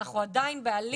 אנחנו עדיין בהליך,